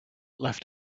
left